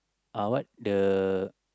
uh what the